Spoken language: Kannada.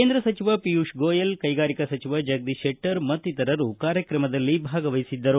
ಕೇೕಂದ್ರ ಸಚಿವ ಪಿಯೂಷ್ ಗೋಯಲ್ ಕೈಗಾರಿಕಾ ಸಚಿವ ಜಗದೀಶ್ ಶೆಟ್ಟರ್ ಮತ್ತಿತರರು ಕಾರ್ಯಕ್ರಮದಲ್ಲಿ ಭಾಗವಹಿಸಿದ್ದರು